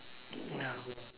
ya